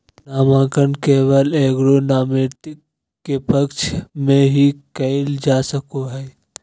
नामांकन केवल एगो नामिती के पक्ष में ही कइल जा सको हइ